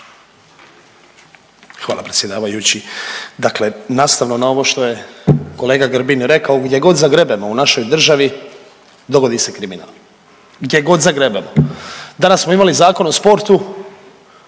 Hvala predsjedavajući. Dakle nastavno na ovo što je kolega Grbin rekao, gdje god zagrebemo u našoj državi, dogodi se kriminal, gdje god zagrebemo. Danas smo imali Zakon o sportu,